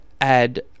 add